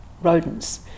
rodents